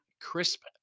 crisp